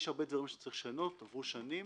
יש הרבה דברים שצריך לשנות, עברו שנים,